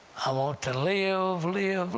i want to live, live,